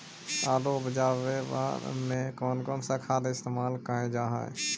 आलू उप जाने में कौन कौन सा खाद इस्तेमाल क्या जाता है?